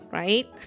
right